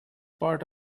part